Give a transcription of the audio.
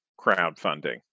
crowdfunding